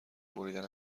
بریدن